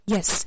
Yes